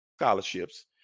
scholarships